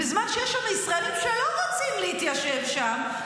בזמן שיש לנו ישראלים שלא רוצים להתיישב שם,